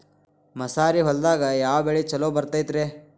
ಮಸಾರಿ ಹೊಲದಾಗ ಯಾವ ಬೆಳಿ ಛಲೋ ಬರತೈತ್ರೇ?